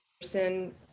person